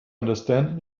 understand